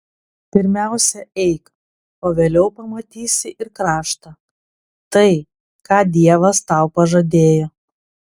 pirmiausia eik o vėliau pamatysi ir kraštą tai ką dievas tau pažadėjo